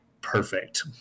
perfect